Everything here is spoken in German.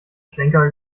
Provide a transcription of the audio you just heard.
schlenker